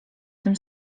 tym